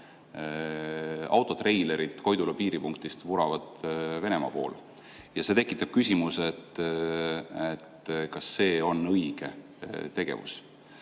autotreilerid Koidula piiripunktist vuravad Venemaa poole. See tekitab küsimuse, kas see on õige tegevus.